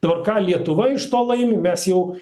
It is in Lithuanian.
dabar ką lietuva iš to laimi mes jau